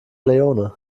leone